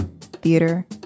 theater